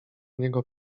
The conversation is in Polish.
niego